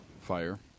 Fire